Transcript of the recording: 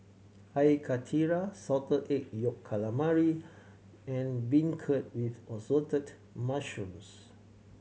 Air Karthira Salted Egg Yolk Calamari and beancurd with Assorted Mushrooms